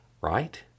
right